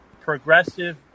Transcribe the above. progressive